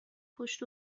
پشت